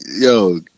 Yo